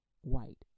white